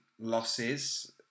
losses